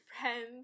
friends